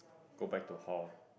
go back to hall